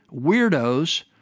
weirdos